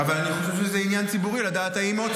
אבל אני חושב שזה עניין ציבורי לדעת אם עוד